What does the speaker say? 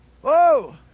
Whoa